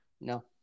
No